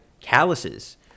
calluses